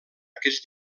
aquests